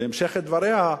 בהמשך דבריה: